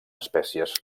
espècies